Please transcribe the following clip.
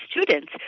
students